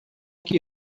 que